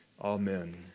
amen